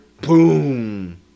boom